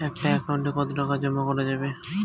একটা একাউন্ট এ কতো টাকা জমা করা যাবে?